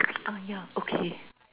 ah yeah okay